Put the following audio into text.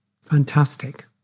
Fantastic